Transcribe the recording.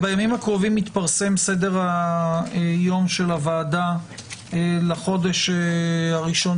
בימים הקרובים יתפרסם סדר היום של הוועדה לחודש הראשון